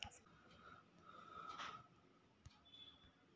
तांदळाच्या किती जाती आहेत?